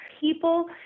People